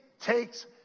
takes